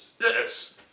Yes